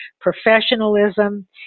professionalism